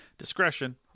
Discretion